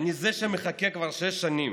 אני זה שמחכה כבר שש שנים,